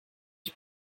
ich